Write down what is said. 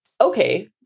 Okay